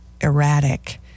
erratic